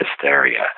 hysteria